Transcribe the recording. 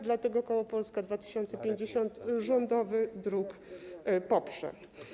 Dlatego koło Polska 2050 rządowy druk poprze.